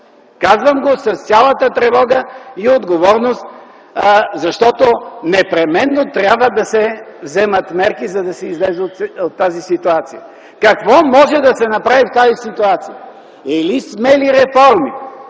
Казвам го с цялата тревога и отговорност, защото непременно трябва да се вземат мерки, за да се излезе от тази ситуация. Какво може да се направи в тази ситуация? Или смели реформи,